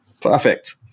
Perfect